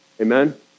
Amen